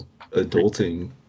adulting